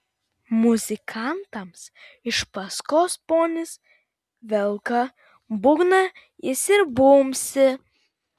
muzikantams iš paskos ponis velka būgną jis ir bumbsi